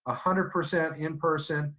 ah hundred percent in person,